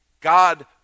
God